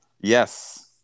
Yes